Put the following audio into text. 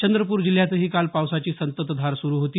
चंद्रपूर जिल्ह्यातही काल पावसाची संततधार सुरु होती